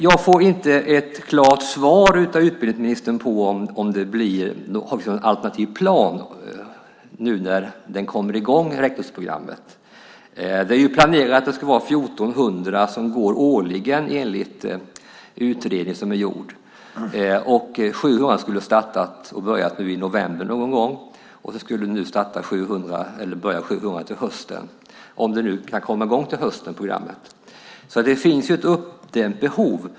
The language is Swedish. Jag får inte ett klart svar från utbildningsministern på frågan om en alternativ plan när rektorsprogrammet kommer i gång. Det är ju planerat för 1 400 personer som årligen ska gå utbildningen - detta enligt den utredning som gjorts. 700 personer skulle ha börjat i november. Till hösten skulle ytterligare 700 börja - om nu programmet kan komma i gång till hösten. Det finns alltså ett uppdämt behov.